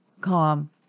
Calm